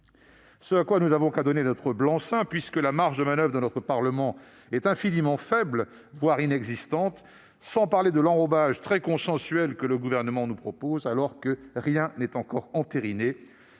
ce budget, nous ne pouvons que donner notre blanc-seing, puisque la marge de manoeuvre de notre parlement est infiniment faible, voire inexistante, sans parler de l'enrobage très consensuel que le Gouvernement nous propose, alors que rien n'est encore entériné,